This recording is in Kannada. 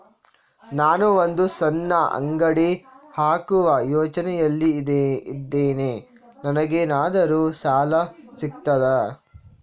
ನಾನು ಒಂದು ಸಣ್ಣ ಅಂಗಡಿ ಹಾಕುವ ಯೋಚನೆಯಲ್ಲಿ ಇದ್ದೇನೆ, ನನಗೇನಾದರೂ ಸಾಲ ಸಿಗ್ತದಾ?